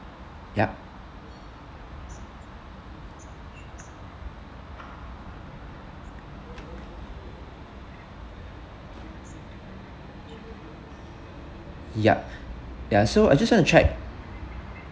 yup yup ya so I just want to check